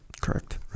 Correct